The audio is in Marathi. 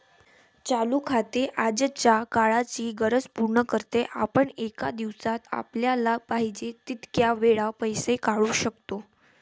चालू खाते आजच्या काळाची गरज पूर्ण करते, आपण एका दिवसात आपल्याला पाहिजे तितक्या वेळा पैसे काढू शकतो